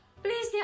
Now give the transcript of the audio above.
Please